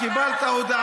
זה לא אני.